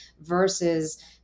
versus